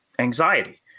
anxiety